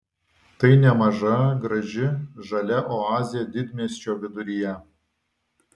tai nemaža graži žalia oazė didmiesčio viduryje